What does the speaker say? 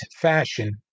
fashion